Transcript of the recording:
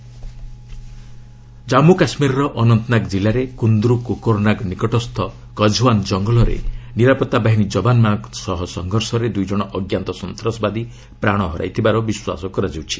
କେକେ gunfire Jammu କାଶ୍ମୀରର ଅନନ୍ତନାଗ କିଲ୍ଲାରେ କୁନ୍ଦୁ କୋକରନାଗ ନିକଟସ୍ଥ କଝଓ୍ୱାନ୍ କଙ୍ଗଲରେ ନିରାପତ୍ତା ବାହିନୀ ଯବାନମାନଙ୍କ ସହ ସଂଘର୍ଷରେ ଦୁଇ ଜଣ ଅଜ୍ଞାତ ସନ୍ତାସବାଦୀ ପ୍ରାଣ ହରାଇଥିବାର ବିଶ୍ୱାସ କରାଯାଉଛି